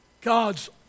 God's